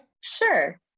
Sure